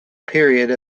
period